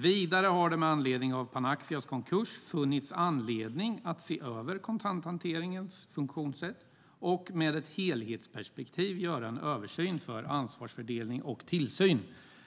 Vidare har det med anledning av Panaxias konkurs funnits anledning att se över kontanthanteringens funktionssätt och med ett helhetsperspektiv göra en översyn av ansvarsfördelning och tillsyn.